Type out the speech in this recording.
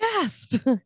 Gasp